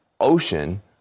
ocean